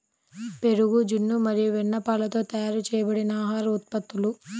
పెరుగు, జున్ను మరియు వెన్నపాలతో తయారు చేయబడిన ఆహార ఉత్పత్తులు